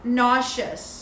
nauseous